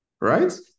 Right